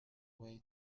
way